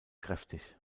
kräftig